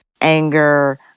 anger